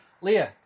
Leah